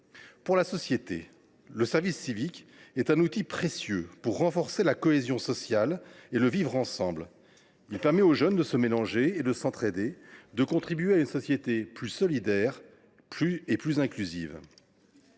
Pour la société ensuite, le service civique constitue un outil précieux pour renforcer la cohésion sociale et le vivre ensemble. Il permet aux jeunes de se mélanger, de s’entraider et de contribuer à une société plus solidaire et plus inclusive.